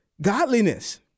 godliness